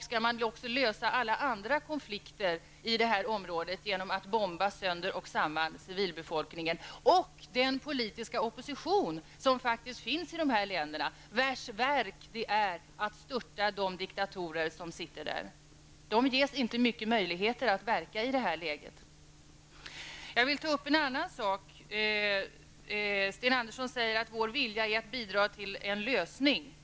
Skall man också lösa alla andra konflikter i detta område genom att bomba sönder och samman civilbefolkningen och den politiska opposition som faktiskt finns i dessa länder, vars uppgift är att störta de diktatorer som sitter där? Dessa människor ges inte stora möjligheter att verka i detta läge. Jag skall ta upp en annan fråga. Sten Andersson säger: ''Vår vilja att bidra till en lösning kvarstår.''